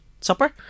supper